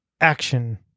action